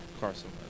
Carson